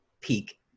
peak